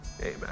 Amen